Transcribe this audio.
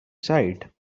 side